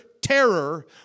terror